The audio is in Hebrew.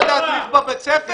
יכול להדריך בבית ספר?